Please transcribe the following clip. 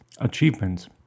achievements